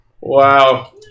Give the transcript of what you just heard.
Wow